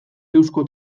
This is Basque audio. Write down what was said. eusko